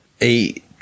eight